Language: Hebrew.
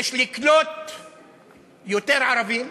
יש לקלוט יותר ערבים.